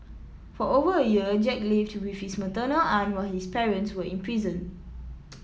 for over a year Jack lived with his maternal aunt while his parents were in prison